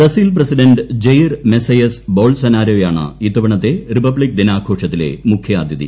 Brazil president Jair Messias ബോൾസനാരോയാണ് ഇത്തവണത്തെ republic ദിനാഘോഷത്തിലെ മുഖ്യാതിഥി